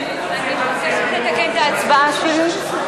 אני מבקשת לתקן את ההצבעה שלי.